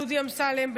דודי אמסלם,